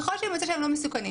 אם יימצא שהם לא מסוכנים,